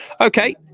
Okay